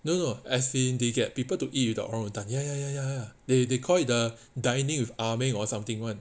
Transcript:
no no as in they get people to eat with the orangutan ya ya ya ya ya they call it the dining with 阿明 or something one